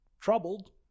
troubled